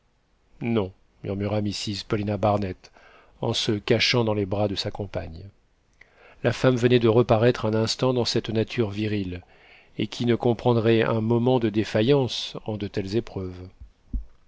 non murmura mrs paulina barnett en se cachant dans les bras de sa compagne la femme venait de reparaître un instant dans cette nature virile et qui ne comprendrait un moment de défaillance en de telles épreuves